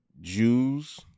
Jews